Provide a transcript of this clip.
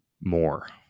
more